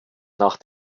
nach